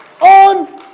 on